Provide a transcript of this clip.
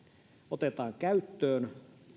otetaan käyttöön